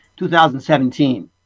2017